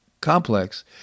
complex